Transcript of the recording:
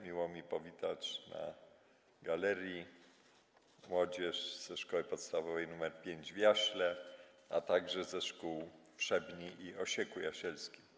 Miło mi powitać na galerii młodzież ze szkoły podstawowej nr 5 w Jaśle, a także ze szkół w Szebniach i Osieku Jasielskim.